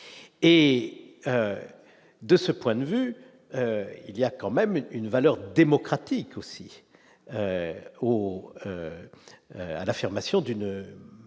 et de ce point de vue, il y a quand même une valeur démocratique aussi au à l'affirmation d'une